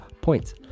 points